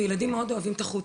ולילדים מאוד אוהבים את החוץ.